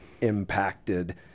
impacted